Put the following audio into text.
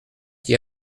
qui